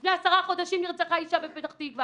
לפני 10 חודשים נרצחה אישה בפתח תקווה.